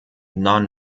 non